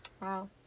Wow